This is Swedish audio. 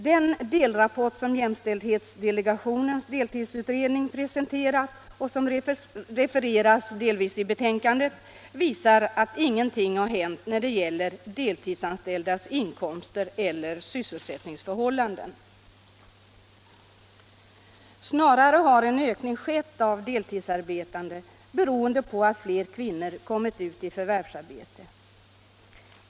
Den delrapport som jämställdhetsdelegationens deltidsutredning presenterat och som delvis refereras i betänkandet visar att ingenting har hänt när det gäller deltidsanställdas inkomster eller sysselsättningsförhållanden. Snarare har en ökning skett av deltidsarbetande beroende på att fler kvinnor kommit ut i förvärvsarbetet.